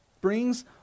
brings